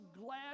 glad